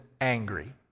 angry